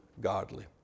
godly